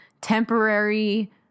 temporary